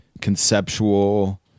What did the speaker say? conceptual